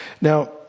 Now